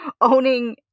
Owning